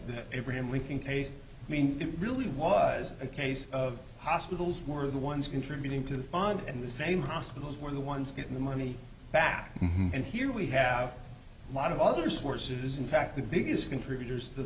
think i mean it really was a case of hospitals were the ones contributing to the on in the same hospitals were the ones getting the money back and here we have a lot of other sources in fact the biggest contributors t